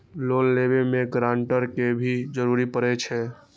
Loan लेबे में guarantor के भी जरूरी परे छै?